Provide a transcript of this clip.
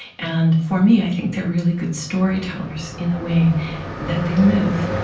and, for me, i think they're really good storytellers in the way that they live.